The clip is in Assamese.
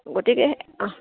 গতিকে অহ